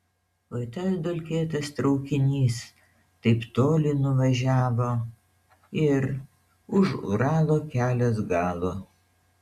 oi tas dulkėtas traukinys taip toli nuvažiavo ir už uralo kelias galo